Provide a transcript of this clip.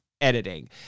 editing